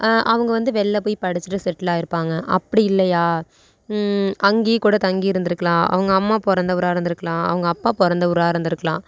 அவங்க வந்து வெளில போய் படித்துட்டு செட்டில் ஆகிருப்பாங்க அப்படி இல்லையா அங்கேயே கூட தங்கி இருந்திருக்கலாம் அவங்க அம்மா பிறந்த ஊராக இருந்திருக்கலாம் அவங்க அப்பா பிறந்த ஊராக இருந்திருக்கலாம்